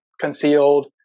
concealed